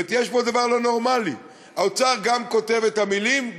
ויש פה דבר לא נורמלי: האוצר גם כותב את המילים,